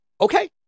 Okay